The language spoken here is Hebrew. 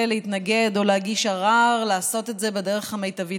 להתנגד או להגיש ערר לעשות את זה בדרך המיטבית.